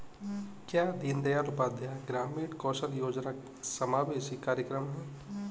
क्या दीनदयाल उपाध्याय ग्रामीण कौशल योजना समावेशी कार्यक्रम है?